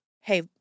hey